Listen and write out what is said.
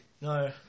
No